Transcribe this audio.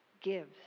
gives